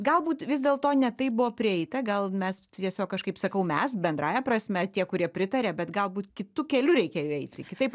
galbūt vis dėlto ne taip buvo prieita gal mes tiesiog kažkaip sakau mes bendrąja prasme tie kurie pritaria bet galbūt kitu keliu reikėjo eiti kitaip